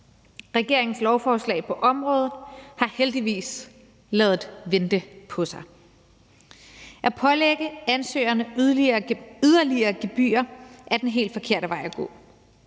Regeringens lovforslag på området har heldigvis ladet vente på sig. At pålægge ansøgerne yderligere gebyrer er den helt forkerte vej at gå.